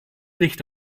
nicht